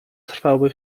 trwały